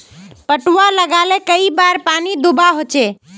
पटवा लगाले कई बार पानी दुबा होबे?